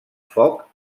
foc